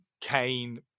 Kane